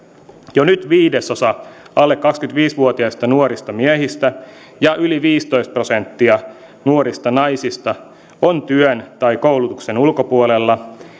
jo nyt viidesosa alle kaksikymmentäviisi vuotiaista nuorista miehistä ja yli viisitoista prosenttia nuorista naisista on työn tai koulutuksen ulkopuolella